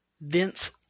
Vince